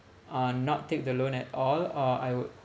uh not take the loan at all or I would